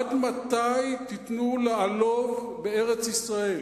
עד מתי תיתנו לעלוב בארץ-ישראל?